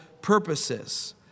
purposes